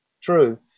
True